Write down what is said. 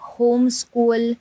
homeschool